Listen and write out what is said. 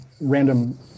random